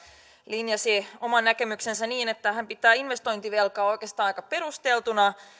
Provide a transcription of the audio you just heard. linjasi oman näkemyksensä niin että hän pitää investointivelkaa oikeastaan aika perusteltuna